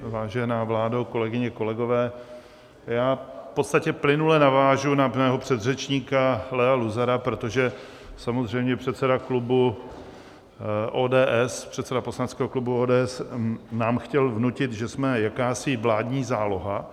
Vážená vládo, kolegyně, kolegové, já v podstatě plynule navážu na svého předřečníka Leo Luzara, protože samozřejmě předseda klubu ODS, předseda poslaneckého klubu ODS nám chtěl vnutit, že jsme jakási vládní záloha.